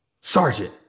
Sergeant